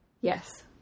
Yes